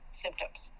symptoms